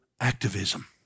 activism